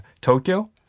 Tokyo